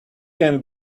can